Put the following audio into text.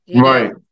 Right